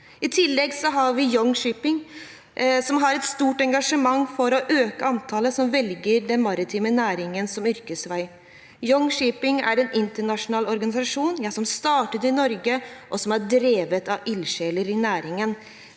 I tillegg har vi YoungShip, som har et stort engasjement for å øke antallet som velger den maritime næringen som yrkesvei. YoungShip er en internasjonal organisasjon som startet i Norge, og som er drevet av ildsjeler i næringen.